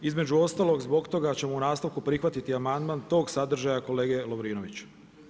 Između ostaloga zbog toga ćemo u nastavku prihvatiti amandman tog sadržava kolega Lovrinovića.